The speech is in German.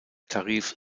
tarif